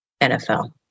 NFL